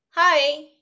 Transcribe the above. Hi